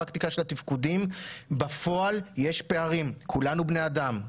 שיין נירה שפק יושב-ראש הכנסת מיקי לוי מנכ"ל הכנסת גיל